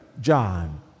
John